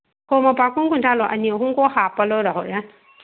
ꯍꯣ ꯃꯄꯥꯛ ꯀꯨꯟ ꯀꯨꯟꯊ꯭ꯔꯥ ꯂꯧ ꯑꯅꯤ ꯑꯍꯨꯝ ꯀꯣꯛ ꯍꯥꯞꯄ ꯂꯣꯏꯔꯦ ꯍꯣꯔꯦꯟ